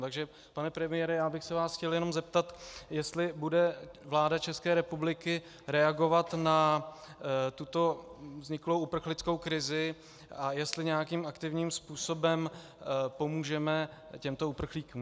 Takže pane premiére, já bych se vás chtěl jenom zeptat, jestli bude vláda České republiky reagovat na tuto vzniklou uprchlickou krizi a jestli nějakým aktivním způsobem pomůžeme těmto uprchlíkům.